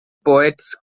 poets